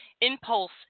impulse